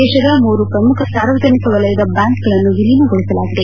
ದೇಶದ ಮೂರು ಪ್ರಮುಖ ಸಾರ್ವಜನಿಕ ವಲಯದ ಬ್ಯಾಂಕ್ಗಳನ್ನು ವಿಲೀನಗೊಳಿಸಲಾಗಿದೆ